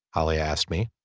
ali asked me.